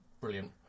brilliant